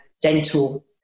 dental